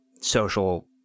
social